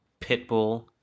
Pitbull